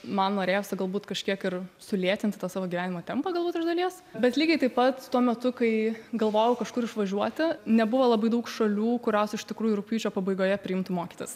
man norėjosi galbūt kažkiek ir sulėtinti tą savo gyvenimo tempą galbūt iš dalies bet lygiai taip pat tuo metu kai galvojau kažkur išvažiuoti nebuvo labai daug šalių kurios iš tikrųjų rugpjūčio pabaigoje priimtų mokytis